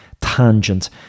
tangent